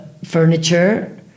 Furniture